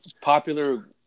popular